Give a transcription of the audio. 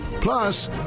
Plus